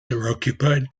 occupied